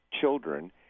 children